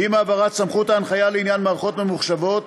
עם העברת סמכות ההנחיה לעניין מערכות ממוחשבות,